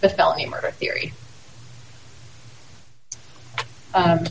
the felony murder theory